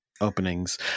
openings